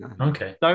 okay